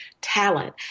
talent